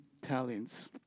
talents